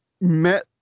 met